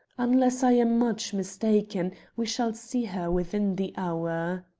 unless i am much mistaken, we shall see her within the hour.